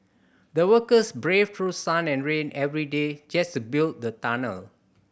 the workers braved through sun and rain every day just to build the tunnel